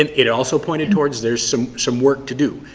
and it also pointed towards there's some some work to do.